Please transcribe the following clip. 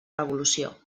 revolució